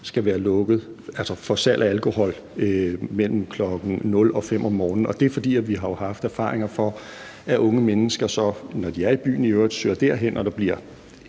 skal være lukket for salg af alkohol mellem kl. 0 og kl. 5 om morgenen. Og det er, fordi vi jo har haft erfaringer med, at unge mennesker, når de er i byen i øvrigt, søger derhen og der bliver